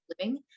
living